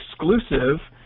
exclusive